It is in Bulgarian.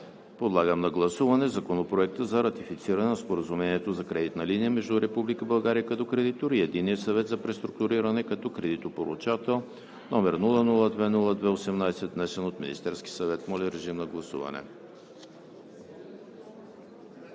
Подлагам на гласуване Законопроект за ратифициране на Споразумението за кредитна линия между Република България като кредитор и Единния съвет за преструктуриране като кредитополучател, № 002-02-18, внесен от Министерския съвет. Гласували